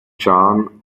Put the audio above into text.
chan